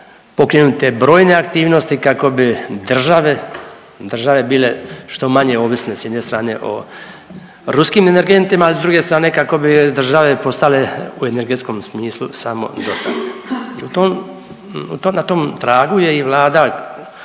pokrenute brojne aktivnosti kako bi države, države bile što manje bile ovisne s jedne strane o ruskim energentima, a s druge strane kako bi države postale u energetskom smislu samodostatne. I to, na tom tragu je i Vlada